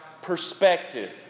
perspective